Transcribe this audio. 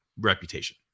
reputation